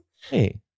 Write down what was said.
Hey